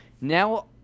now